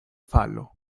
falo